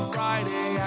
Friday